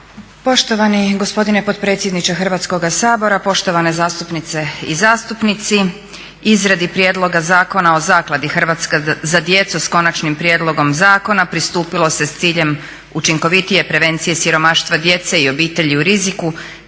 Poštovani gospodine potpredsjedniče Hrvatskoga sabora, poštovane zastupnice i zastupnici izradi prijedloga Zakona o Zakladi "Hrvatska za djecu" s konačnim prijedlogom zakona pristupilo se s ciljem učinkovitije prevencije siromaštva djece i obitelji u riziku